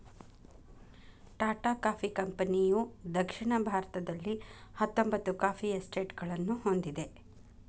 Tata coffee ಕಂಪನಿಯುದಕ್ಷಿಣ ಭಾರತದಲ್ಲಿಹತ್ತೊಂಬತ್ತು coffee ಎಸ್ಟೇಟ್ಗಳನ್ನು ಹೊಂದಿದೆ